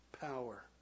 power